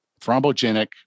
thrombogenic